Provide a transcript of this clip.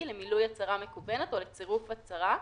למילוי הצהרה מקוונת או לצירוף הצהרה,